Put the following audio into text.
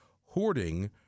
hoarding